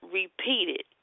repeated